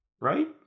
right